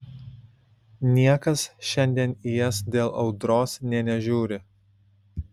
niekas šiandien į jas dėl audros nė nežiūri